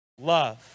love